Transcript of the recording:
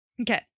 Okay